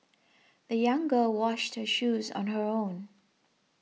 the young girl washed her shoes on her own